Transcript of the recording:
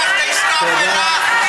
אתה הראשון שרקחת עסקה אפלה של,